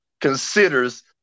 considers